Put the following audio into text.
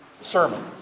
sermon